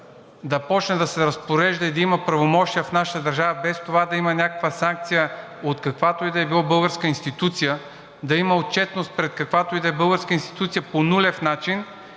да почне да се разпорежда и да има правомощия в нашата държава, без това да има някаква санкция от каквато и да е българска институция, да има отчетност пред каквато и да е българска институция по нулев начин,